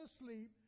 asleep